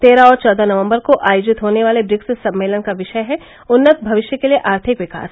तेरह और चौदह नवम्बर को आयोजित होने वाले ब्रिक्स सम्मेलन का विषय है उन्नत भविष्य के लिए आर्थिक विकास